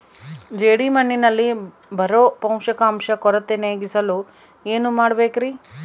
ಜೇಡಿಮಣ್ಣಿನಲ್ಲಿ ಬರೋ ಪೋಷಕಾಂಶ ಕೊರತೆ ನೇಗಿಸಲು ಏನು ಮಾಡಬೇಕರಿ?